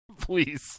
Please